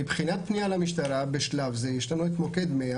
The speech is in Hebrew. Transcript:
מבחינת פנייה למשטרה בשלב זה יש לנו את מוקד 100